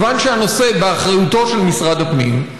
וכיוון שהנושא באחריותו של משרד הפנים,